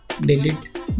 Delete